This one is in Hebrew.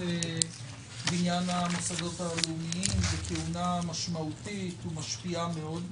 בניין המוסדות הלאומיים בכהונה משמעותית ומשפיעה מאוד,